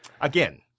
Again